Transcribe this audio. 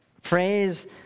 phrase